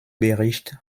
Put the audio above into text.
bericht